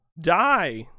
die